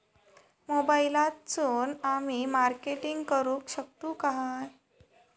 मोबाईलातसून आमी मार्केटिंग करूक शकतू काय?